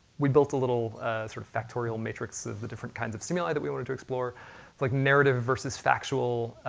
we build a little sort of factorial matrix of the different kinds of stimuli that we wanted to explore. it's like narrative versus factual,